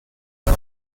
see